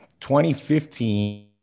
2015